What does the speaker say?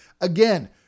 again